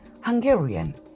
Hungarian